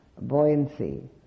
buoyancy